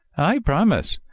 i promise.